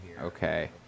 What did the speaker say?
Okay